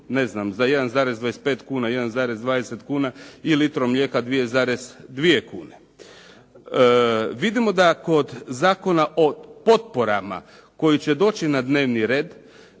ne znam, za 1,25 kuna, 1,20 kuna i litru mlijeka 2,2 kune. Vidimo da kod Zakona o potporama koji će doći na dnevni red,